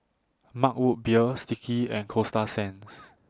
Mug Root Beer Sticky and Coasta Sands